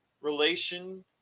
relation